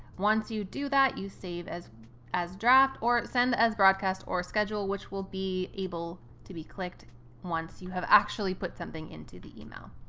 once you do that, you save as a draft, or send as broadcast, or schedule. which will be able to be clicked once you have actually put something into the email.